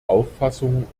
auffassung